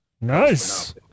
Nice